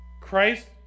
Christ